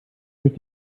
durch